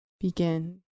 begin